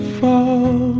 fall